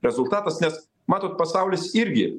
rezultatas nes matot pasaulis irgi